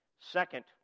Second